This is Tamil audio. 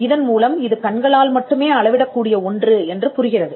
இதன் மூலம் இது கண்களால் மட்டுமே அளவிடக்கூடிய ஒன்று என்று புரிகிறது